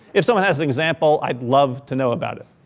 if someone has an example, i'd love to know about it.